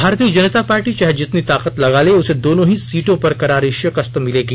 भारतीय जनता पार्टी चाहे जितनी ताकत लगा ले उसे दोनों ही सीटों पर करारी शिकस्त मिलेगी